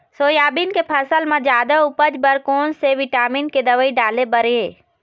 Soybean के फसल म जादा उपज बर कोन से विटामिन के दवई डाले बर ये?